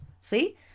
See